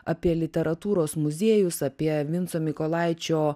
apie literatūros muziejus apie vinco mykolaičio